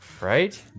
Right